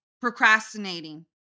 procrastinating